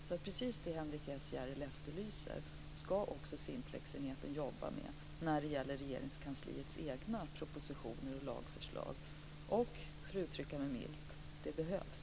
Det är precis det som Henrik S Järrel efterlyser som Simplexenheten också ska jobba med när det gäller Regeringskansliets egna propositioner och lagförslag, och det, för att uttrycka mig milt, behövs.